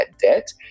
debt